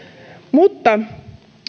mutta